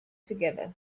together